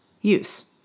use